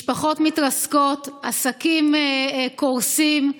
משפחות מתרסקות, עסקים קורסים,